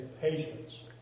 patience